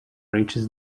reaches